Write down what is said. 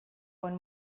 one